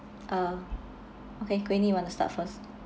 um okay queenie want to start first